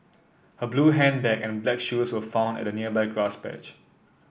her blue handbag and black shoes were found at a nearby grass patch